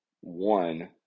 one